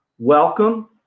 Welcome